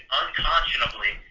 unconscionably